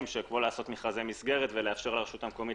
שיכולו לעשות מכרזי מסגרת ולאפשר לרשות המקומית